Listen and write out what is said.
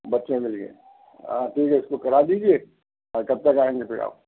बच्चों के लिए हाँ ठीक है इसको खड़ा दीजिए हाँ कब तक आएंगे फिर आप